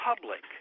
public